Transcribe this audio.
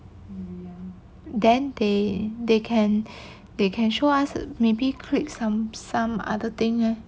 then they they can they can show us maybe click some some other thing leh